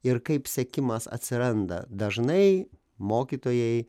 ir kaip sekimas atsiranda dažnai mokytojai